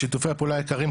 שיתופי הפעולה העיקריים,